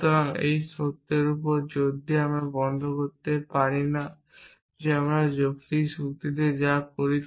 সুতরাং আমরা এই সত্যের উপর জোর দেওয়া বন্ধ করতে পারি না যে আমরা যৌক্তিক যুক্তিতে যা করি